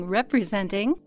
representing